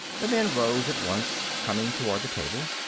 the men rose at once, coming toward the table.